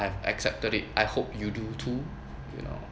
I've accepted it I hope you do too you know